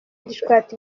gishwati